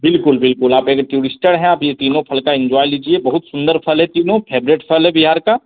बिल्कुल बिल्कुल आप अगर टूरिस्टर हैं आप यह तीनों फल का एन्जॉय लीजिए बहुत सुन्दर फल है तीनों फैवरेट फल है बिहार का